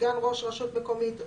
סגן ראש רשות מקומית,